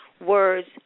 words